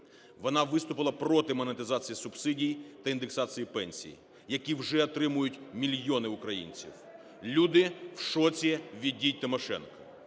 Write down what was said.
Вона виступила проти монетизації субсидій та індексації пенсій, які вже отримують мільйони українців. Люди в шоці від дій Тимошенко.